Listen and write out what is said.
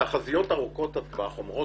התחזיות ארוכות הטווח אומרות